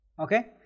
Okay